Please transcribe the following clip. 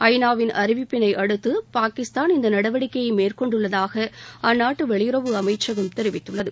ஐநா வின் அறிவிப்பினை அடுத்து பாகிஸ்தான் இந்த நடவடிக்கையை மேற்கொண்டுள்ளதாக அந்நாட்டு வெளியுறவு அமைச்சகம் தெரிவித்துள்ளது